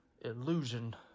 illusion